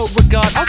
regard